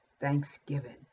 thanksgiving